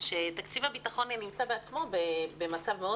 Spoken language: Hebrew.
שתקציב הביטחון נמצא בעצמו במצב מאוד